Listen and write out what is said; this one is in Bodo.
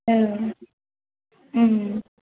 औ